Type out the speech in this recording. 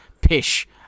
Pish